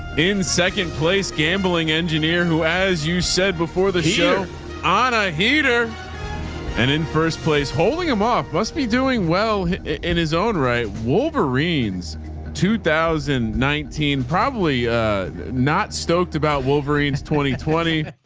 in second place, gambling engineer, who, as you said before the show on a heater and in first place holding them off must be doing well in his own, right. wolverine's two thousand and nineteen, probably not stoked about wolverines twenty, twenty.